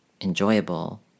enjoyable